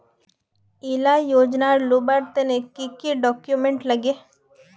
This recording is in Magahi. इला योजनार लुबार तने की की डॉक्यूमेंट लगे?